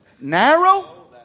Narrow